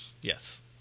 Yes